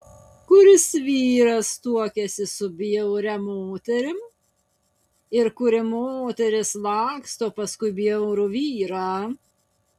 kuris vyras tuokiasi su bjauria moterim ir kuri moteris laksto paskui bjaurų vyrą